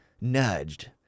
nudged